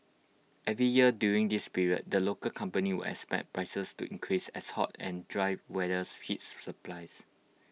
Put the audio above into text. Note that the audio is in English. every year during this period the local company would expect prices to increase as hot and dry weather hits supplies